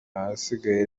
ahasigaye